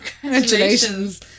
congratulations